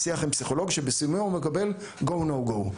שיח עם פסיכולוג שבסיומו הוא מקבל "go" או "no go".